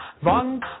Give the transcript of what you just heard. one